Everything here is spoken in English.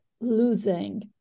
losing